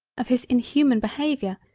of his inhuman behaviour,